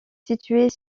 située